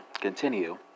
continue